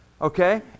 Okay